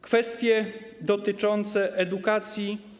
Kwestie dotyczące edukacji.